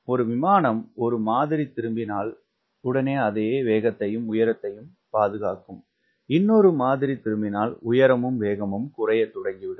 ஒரு விமானம் ஒரு மாதிரி திரும்பினால் உடனே அதே வேகத்தையும் உயரத்தையும் பாதுகாக்கும் இன்னொன்று மாதிரி திரும்பினால் உயரமும் வேகமும் குறையத்துவங்கிவிடும்